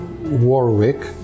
Warwick